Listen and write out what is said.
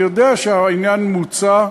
אני יודע שהעניין מוצה,